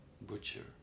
butcher